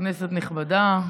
כנסת נכבדה,